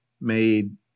made